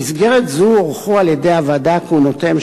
במסגרת זו הוארכו על-ידי הוועדה כהונותיהם